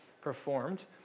performed